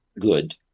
good